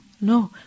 No